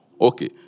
Okay